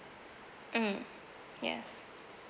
mm yes